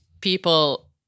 people